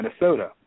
Minnesota